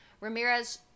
ramirez